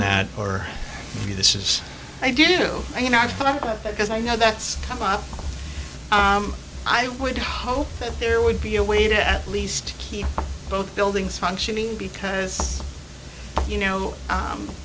that or you this is i do i you know i thought about that because i know that's come up i would hope that there would be a way to at least keep both buildings functioning because you know